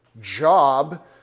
job